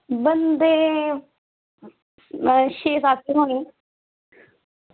बंदे छे सत्त होने